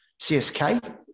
CSK